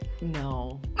No